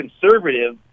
conservative